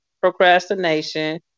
procrastination